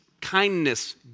kindness